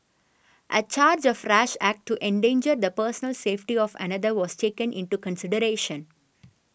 a charge of rash act to endanger the personal safety of another was taken into consideration